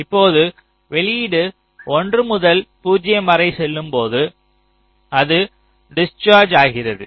இப்போது வெளியீடு 1 முதல் 0 வரை செல்லும்போது அது டிஸ்சார்ஜ் ஆகிறது